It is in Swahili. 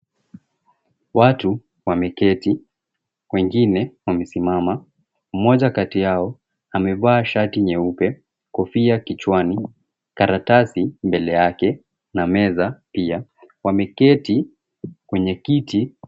Watu wameketi, wengine wamesimama. Mmoja kati yao amevaa shati nyeupe, kofia kichwani, karatasi mbele yake na meza. Pia wameketi kwenye kiti.